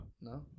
No